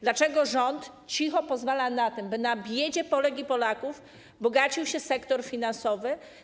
Dlaczego rząd cicho pozwala na to, by na biedzie Polek i Polaków bogacił się sektor finansowy?